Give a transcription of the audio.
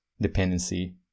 dependency